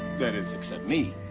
that is, except me,